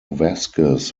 vasquez